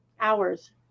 hours